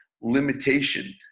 limitation